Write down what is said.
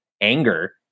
anger